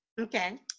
Okay